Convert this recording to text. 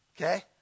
Okay